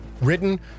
Written